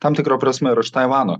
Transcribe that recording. tam tikra prasme ir už taivano